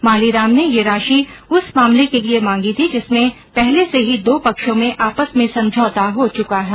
माली राम ने यह राशि उस मामले के लिए मांगी थी जिसमें पहले से ही दो पक्षों में आपस में समझौता हो चुका था